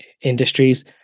industries